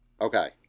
Okay